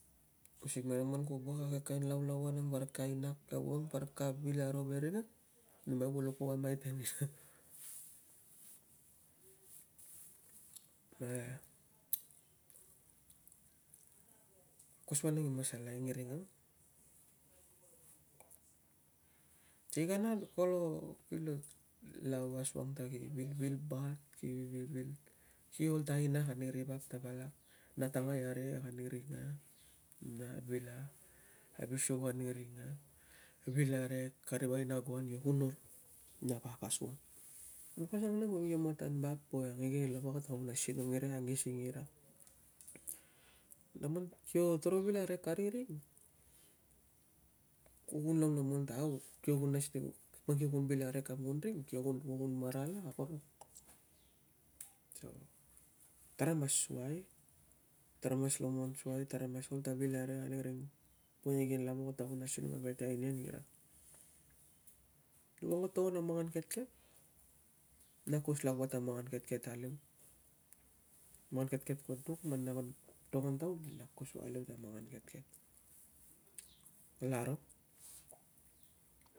Using man ku wok ke kain laulau ang aina parik ka ainak, tau van parik ka vill aro ye ria ka ainak, tau van parik ka vil a ro kus vanang i masalai iring ang- sikael kere kilo kolo lau asuang ta kilo vilvil bat, ki vil vil, kl ol ta ainak ari vap ta palak, na tangai arikek ani ri sa na vil a vlsuk ani ring ang, vil arikek kari aina ngoan io kun ol na yap asuang ri yap auang kio ke matan vap igenen lava kata ngun asinung iria angi sing ra na man kio tro vil arikek kari angi ringh, ku ngu lomlom ta au kingun nas ta vuk, man k1 ngun vil ariked kam ngun ring kio ngu pukun marala ngo rong so tara mas suai, tarai mas lomon suai, tara mas ol ta vilarikek kariring we igenen lava kata kun asi nung apete ngai niria ivang kuo to ngan na makan ketket, na kuskus wa ta makan ketket a liu, makaaan ketket patuk. man na to ngon taun na kus wa ta makan ketket kalaro.